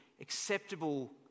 acceptable